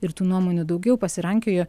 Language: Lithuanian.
ir tų nuomonių daugiau pasirankiojo